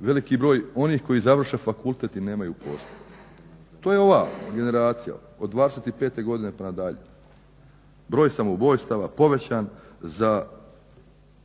Veliki broj onih koji završe fakultet i nemaju posla. To je ova generacija od 25.godine pa nadalje. Broj samoubojstava povećan za